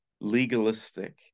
legalistic